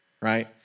Right